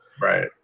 Right